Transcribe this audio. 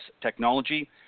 technology